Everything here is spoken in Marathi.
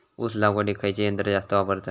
ऊस लावडीक खयचा यंत्र जास्त वापरतत?